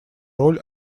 роль